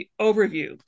overview